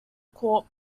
court